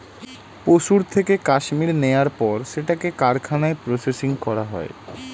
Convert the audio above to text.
পশুর থেকে কাশ্মীর নেয়ার পর সেটাকে কারখানায় প্রসেসিং করা হয়